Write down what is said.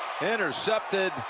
Intercepted